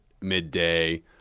midday